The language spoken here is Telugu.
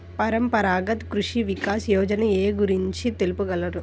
పరంపరాగత్ కృషి వికాస్ యోజన ఏ గురించి తెలుపగలరు?